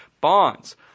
Bonds